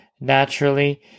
naturally